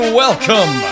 welcome